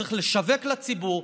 צריך לשווק לציבור,